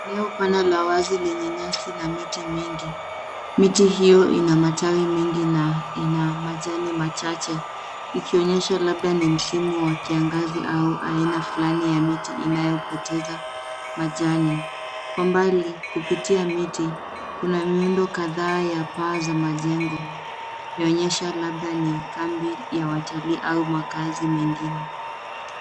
Eneo pana la wazi lenye nyasi na miti mingi. Miti hiyo ina matawi mengi na ina majani machache, ikionyesha labda ni msimu wa kiangazi au aina fulani ya miti inayopoteza majani. Kwa mbali, kupitia miti, kuna miundo kadhaa ya paa za majengo, ikionyesha labda ni kambi ya watalii au makazi mengine.